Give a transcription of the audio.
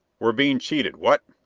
we're being cheated, what?